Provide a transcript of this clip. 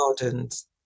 gardens